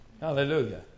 Hallelujah